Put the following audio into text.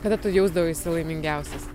kada tu jausdavaisi laimingiausias